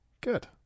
Good